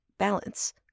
balance